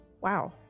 Wow